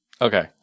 Okay